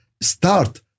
start